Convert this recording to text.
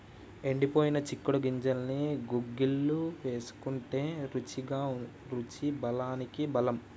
ఎండిపోయిన చిక్కుడు గింజల్ని గుగ్గిళ్లు వేసుకుంటే రుచికి రుచి బలానికి బలం